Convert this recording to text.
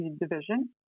division